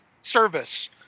service